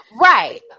right